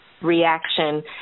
reaction